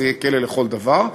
זה יהיה כלא לכל דבר,